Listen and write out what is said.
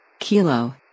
Kilo